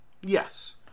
Yes